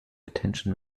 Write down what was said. attention